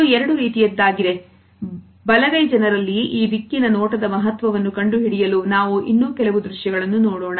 ಇದು ಎರಡು ರೀತಿಯದ್ದಾಗಿದೆ ಬಲವೇ ಜನರಲ್ಲಿ ಈ ದಿಕ್ಕಿನ ನೋಟದ ಮಹತ್ವವನ್ನು ಕಂಡುಹಿಡಿಯಲು ನಾವು ಇನ್ನು ಕೆಲವು ದೃಶ್ಯಗಳನ್ನು ನೋಡೋಣ